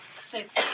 six